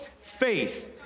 faith